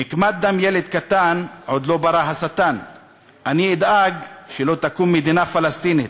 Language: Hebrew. "נקמת דם ילד קטן עוד לא ברא השטן"; אני אדאג שלא תקום מדינה פלסטינית,